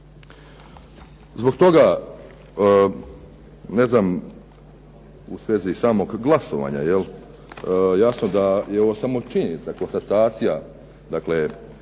Zbog toga ne znam u svezi samog glasovanja jasno da je ovo samo činjenica, konstatacija, dakle